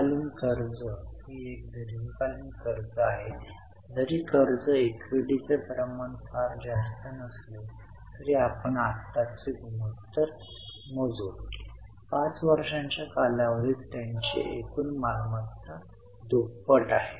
balance sheet मध्ये सामान्यत तुम्हाला जबाबदाऱ्याकडे जावं लागेल कारण तिथेच तुम्हाला एफ आयटम मिळतील तुम्हाला दिसेल की फक्त एकच आयटम डिबेंचर 10000 उघडत आहे २ बंद होता १ F फॅ वाढत आहे